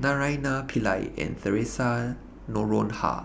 Naraina Pillai and Theresa Noronha